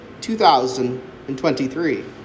2023